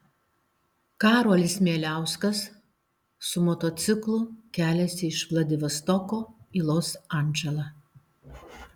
karolis mieliauskas su motociklu keliasi iš vladivostoko į los andželą